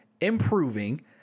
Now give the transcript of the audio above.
improving